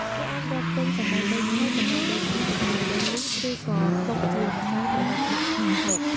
គេអាចរកទិញសណ្ដែកដីឆៅ សណ្ដែកដីស្ងោរ សណ្ដែកដីលីង ឬក៏បុកជាម្សៅសម្រាប់ដាក់ក្នុងម្ហូប។